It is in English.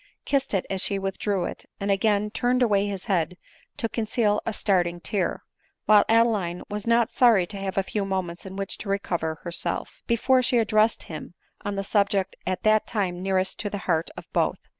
kissed it as she withdrew it, and again turned away his head to conceal a starting tear while adeline was not sorry to have a few moments in which to recover herself, before she addrsessed him on the subject at that time nearest to the heart of both.